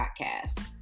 podcast